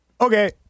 Okay